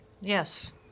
Yes